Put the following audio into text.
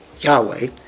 Yahweh